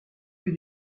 lieu